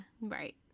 Right